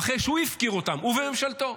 אחרי שהוא הפקיר אותם, הוא וממשלתו.